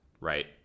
right